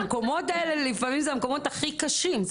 המקומות האלה לפעמים זה המקומות הכי קשים,